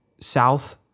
South